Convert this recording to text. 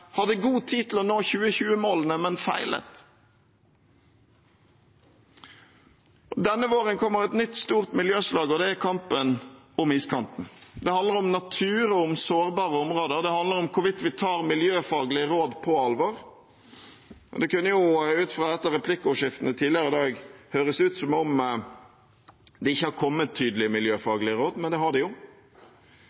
hadde god tid til å nå 2020-målene, men som feilet. Denne våren kommer et nytt, stort miljøslag, og det er kampen om iskanten. Det handler om natur og om sårbare områder, det handler om hvorvidt vi tar miljøfaglige råd på alvor. Det kunne ut fra et av replikkordskiftene tidligere i dag høres ut som om det ikke har kommet tydelige